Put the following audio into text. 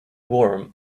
warm